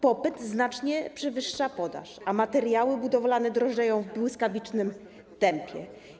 Popyt znacznie przewyższa podaż, a materiały budowlane drożeją w błyskawicznym tempie.